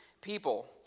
people